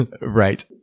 right